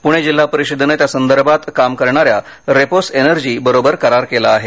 पूणे जिल्हा परिषदेनं त्यासंदर्भात काम करणाऱ्या रेपोस एनर्जी बरोबर करार केला आहे